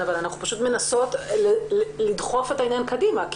אנחנו פשוט מנסות לדחוף את העניין קדימה.